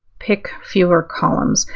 pick fewer columns.